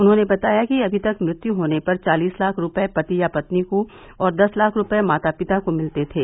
उन्होंने बताया कि अभी तक मृत्य होने पर चालीस लाख रूपये पति या पत्नी को और दस लाख रूपये माता पिता को मिलते थे